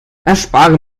erspare